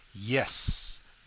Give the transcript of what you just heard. Yes